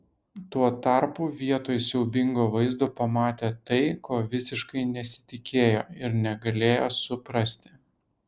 tuo tarpu vietoj siaubingo vaizdo pamatė tai ko visiškai nesitikėjo ir negalėjo suprasti